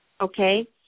Okay